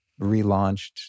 relaunched